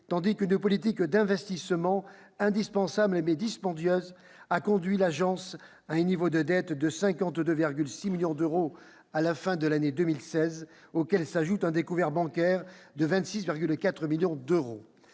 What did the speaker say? tandis qu'une politique d'investissement, indispensable mais dispendieuse, a conduit l'Agence à un niveau de dettes de 52,6 millions d'euros à la fin de l'année 2016, auxquels s'ajoute un découvert bancaire de 26,4 millions d'euros.